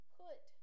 put